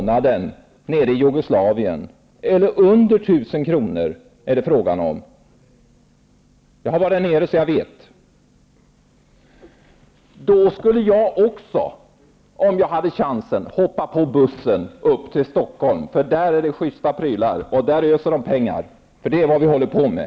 nere i Jugoslavien -- jag har varit där nere, så jag vet hur det är -- skulle jag också, om jag fick chansen, hoppa på bussen upp till Stockholm, för där är det justa prylar och där öser man ut pengar. Det är vad vi håller på med.